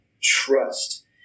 trust